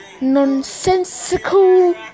nonsensical